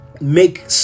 make